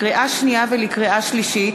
לקריאה שנייה ולקריאה שלישית: